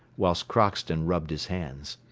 whilst crockston rubbed his hands.